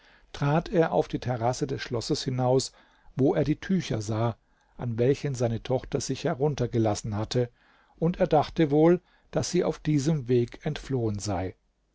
trat er auf die terrasse des schlosses hinaus wo er die tücher sah an welchen seine tochter sich heruntergelassen hatte und er dachte wohl daß sie auf diesem weg entflohen sei